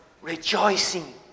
Rejoicing